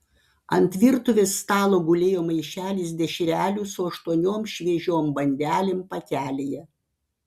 ant virtuvės stalo gulėjo maišelis dešrelių su aštuoniom šviežiom bandelėm pakelyje